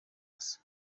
cassa